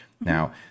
Now